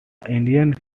indian